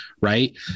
right